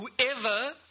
Whoever